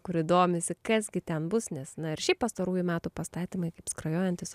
kuri domisi kas gi ten bus nes na ir šiaip pastarųjų metų pastatymai kaip skrajojantis